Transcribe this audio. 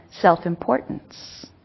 self-importance